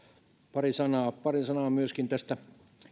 pari sanaa tästä